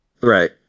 Right